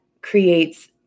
creates